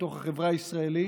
בתוך החברה הישראלית